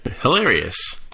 hilarious